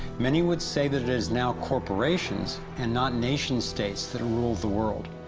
many would say that it is now corporations and not nation states, that rule the world.